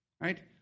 Right